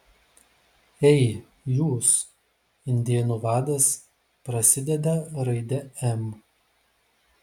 ei jūs indėnų vadas prasideda raide m